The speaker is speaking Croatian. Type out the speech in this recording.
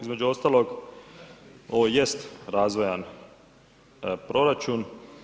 Između ostalog, ovo jest razvojan proračun.